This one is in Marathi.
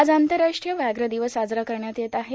आज आंतरराष्ट्रीय व्याघ्र दिवस साजरा करण्यात येत आहे